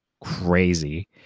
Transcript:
crazy